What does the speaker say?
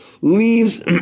leaves